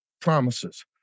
promises